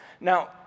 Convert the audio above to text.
Now